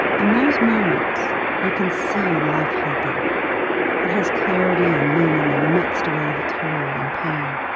in those moments you can see life happen it has clarity and meaning in the midst of all of its horror and pain.